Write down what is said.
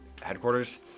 headquarters